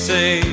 Say